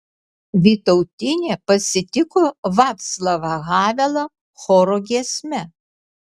vytautinė pasitiko vaclavą havelą choro giesme